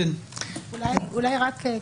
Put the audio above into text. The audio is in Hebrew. אולי רק,